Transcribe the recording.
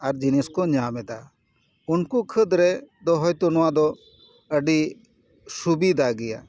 ᱟᱨ ᱡᱤᱱᱤᱥ ᱠᱚ ᱧᱟᱢ ᱮᱫᱟ ᱩᱱᱠᱩ ᱠᱷᱟᱹᱫᱽ ᱨᱮ ᱫᱚ ᱦᱳᱭᱛᱚ ᱱᱚᱣᱟ ᱫᱚ ᱟᱹᱰᱤ ᱥᱩᱵᱤᱫᱷᱟ ᱜᱮᱭᱟ